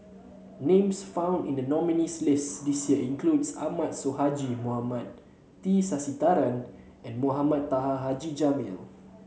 names found in the nominees' list this year include Ahmad Sonhadji Mohamad T Sasitharan and Mohamed Taha Haji Jamil